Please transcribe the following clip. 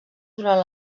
durant